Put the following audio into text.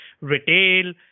retail